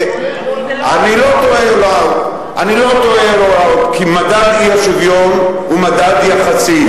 אני לא טועה, כי מדד האי-שוויון הוא מדד יחסי.